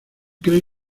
cree